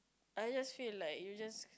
I just feel like you just